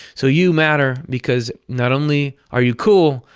so you matter because not only are you cool,